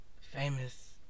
famous